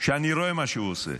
אני רואה מה שהוא עושה,